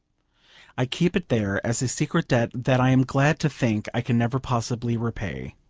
i keep it there as a secret debt that i am glad to think i can never possibly repay.